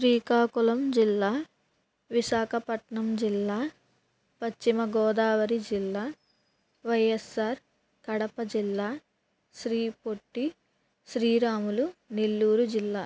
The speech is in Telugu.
శ్రీకాకుళం జిల్లా విశాఖపట్టణం జిల్లా పశ్చిమగోదావరి జిల్లా వైస్సార్ కడప జిల్లా శ్రీ పొట్టి శ్రీరాములు నెల్లూరు జిల్లా